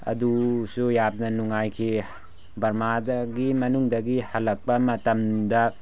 ꯑꯗꯨꯁꯨ ꯌꯥꯝꯅ ꯅꯨꯡꯉꯥꯏꯈꯤ ꯕꯔꯃꯥꯗꯒꯤ ꯃꯅꯨꯡꯗꯒꯤ ꯍꯜꯂꯛꯄ ꯃꯇꯝꯗ